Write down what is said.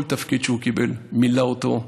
כל תפקיד שהוא קיבל, מילא אותו,